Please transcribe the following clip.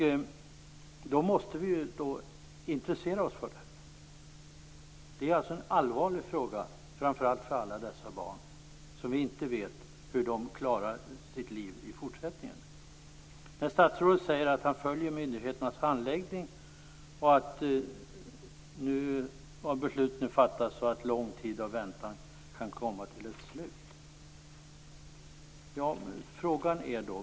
Då måste vi intressera oss för denna fråga. Den är allvarlig för framför allt barnen, som inte vet hur de skall klara sina liv i fortsättningen. Statsrådet säger att han följer myndigheternas handläggning. Beslut har fattats, och en lång tid av väntan kan komma till ett slut.